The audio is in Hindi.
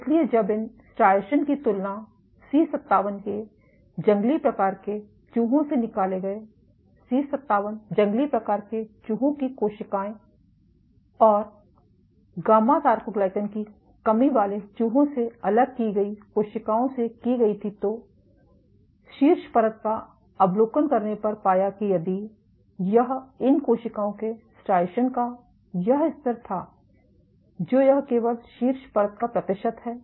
इसलिए जब इन स्ट्राइएशन की तुलना सी 57 के जंगली प्रकार के चूहों से निकाले गए सी57 जंगली प्रकार के चूहों की कोशिकाएँ और गामा सारकोग्लाकन की कमी वाले चूहों से अलग की गई कोशिकाएं की गई थी तो शीर्ष परत का अवलोकन करने पर पाया कि यदि यह इन कोशिकाओं के स्ट्राइएशन का यह स्तर था जो यह केवल शीर्ष परत का प्रतिशत है